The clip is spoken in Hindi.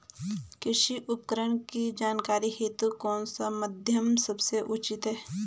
कृषि उपकरण की जानकारी हेतु कौन सा माध्यम सबसे उचित है?